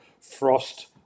frost